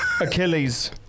Achilles